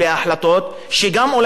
וגם הם אולי צריכים להיענש,